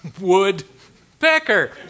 Woodpecker